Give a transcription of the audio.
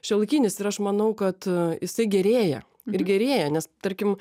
šiuolaikinis ir aš manau kad jisai gerėja ir gerėja nes tarkim